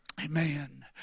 Amen